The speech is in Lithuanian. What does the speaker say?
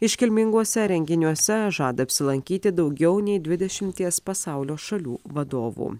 iškilminguose renginiuose žada apsilankyti daugiau nei dvidešimties pasaulio šalių vadovų